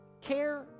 care